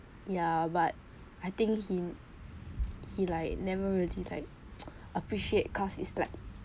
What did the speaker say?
ya but I think he he like never really like appreciate cause it's like